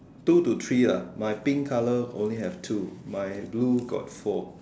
two to three lah my pink colour only have two my blue got four